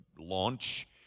launch